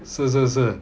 是是是